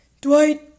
Dwight